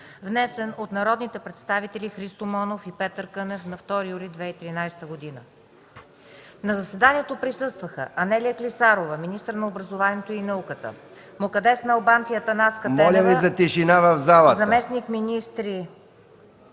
внесен от народните представители Христо Монов и Петър Кънев на 2 юли 2013 г.я На заседанието присъстваха Анелия Клисарова – министър на образованието и науката, Мукаддес Налбант и Атанаска Тенева – заместник-министри